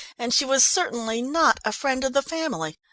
and she was certainly not a friend of the family.